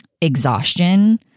exhaustion